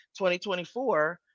2024